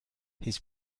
his